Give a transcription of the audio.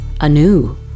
anew